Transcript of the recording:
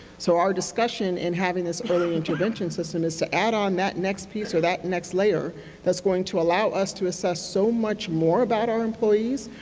so our discussion in having this early intervention system is to add on that next piece or that next layer that's going to allow us to assess so much more about our employees,